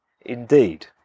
indeed